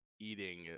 eating